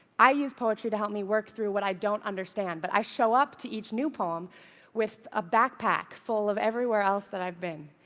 i use poetry to help me work through what i don't understand, but i show up to each new poem with a backpack full of everywhere else that i've been.